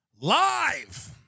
live